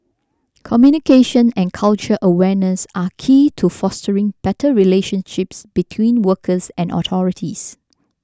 communication and cultural awareness are key to fostering better relationship between workers and authorities